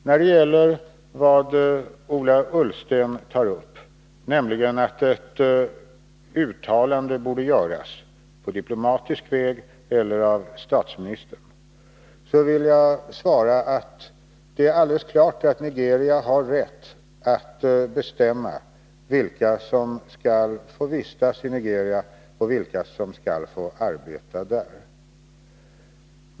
Vad gäller det som Ola Ullsten tar upp, nämligen att ett uttalande borde göras på diplomatisk väg eller av statsministern, vill jag svara att det är alldeles klart att Nigeria har rätt att bestämma vilka som skall få vistas i Nigeria och vilka som skall få arbeta där.